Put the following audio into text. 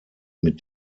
mit